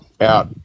out